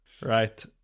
right